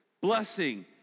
blessing